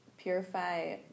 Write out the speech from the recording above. purify